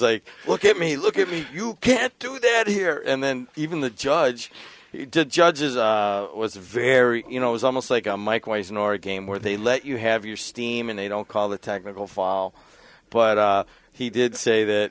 like look at me look at me you can't do that here and then even the judge judges it was a very you know it was almost like a mike wise in our game where they let you have your steam and they don't call the technical file but he did say that